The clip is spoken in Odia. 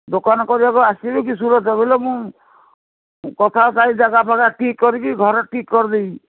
ଦୋକାନ କରିବାକୁ ଆସିବେ କି ସୁରଟ ବୋଲେ ମୁଁ କଥାାର୍ତ୍ତା ଜାଗା ଫାଗା ଠିକ୍ କରିକି ଘର ଠିକ୍ କରିଦେବି